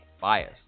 Bias